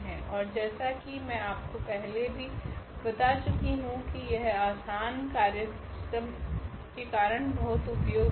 ओर जैसा की मैं आपको पहले भी बता चुकी हु की यह आसान कार्यसिस्टम के कारण बहुत उपयोगी है